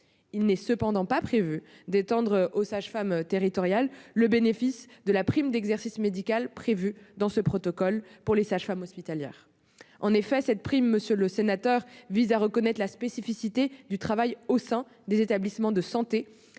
Il n'est cependant pas prévu d'étendre aux sages-femmes territoriales le bénéfice de la prime d'exercice médical instaurée dans ce protocole pour les sages-femmes hospitalières. En effet, cette prime vise à reconnaître la spécificité du travail au sein des établissements de santé